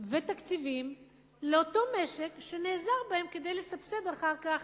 ותקציבים לאותו משק שנעזר בהם כדי לסבסד אחר כך